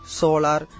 solar